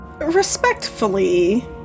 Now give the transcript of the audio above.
Respectfully